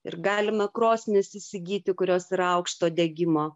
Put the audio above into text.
ir galima krosnis įsigyti kurios yra aukšto degimo